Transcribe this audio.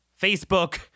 Facebook